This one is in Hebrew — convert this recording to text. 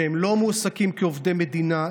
שלא מועסקים כעובדי מדינה,